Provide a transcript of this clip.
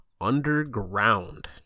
underground